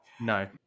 No